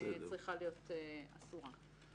צריכה להיות אסורה.